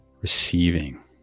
receiving